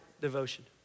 devotion